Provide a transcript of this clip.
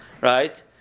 right